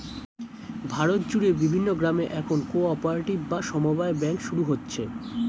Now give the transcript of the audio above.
ভারত জুড়ে বিভিন্ন গ্রামে এখন কো অপারেটিভ বা সমব্যায় ব্যাঙ্ক শুরু হচ্ছে